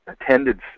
attendance